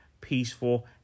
peaceful